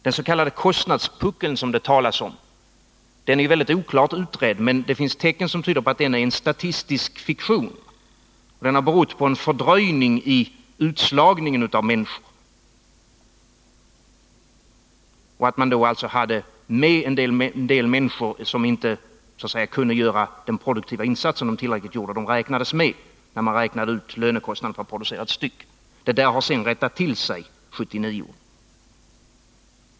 Den s.k. kostnadspuckeln som det talas om är ju väldigt oklart utredd, men det finns tecken som tyder på att den är en statistisk fiktion, som har berott på en fördröjning i utslagningen av människor. Man har alltså haft med i beräkningen en del människor som inte kunde göra den produktiva insatsen, men ändå räknades med då man räknade ut lönekostnaden per producerad styck. Detta har rättat till sig 1979.